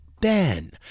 Ben